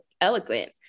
eloquent